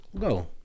Go